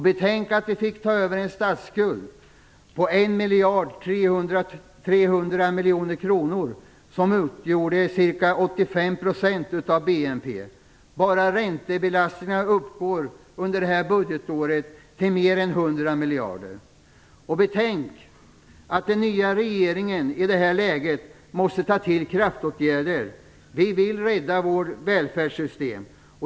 Betänk att regeringen fick ta över en statsskuld på Bara räntebelastningarna uppgår under innevarande budgetår till mer än 100 miljarder. Betänk att den nya regeringen i detta läge måste ta till kraftåtgärder. Vi vill rädda vårt välfärdssystem.